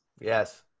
Yes